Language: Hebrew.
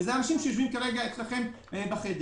אלה אנשים שיושבים גם אצלכם בחדר.